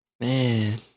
Man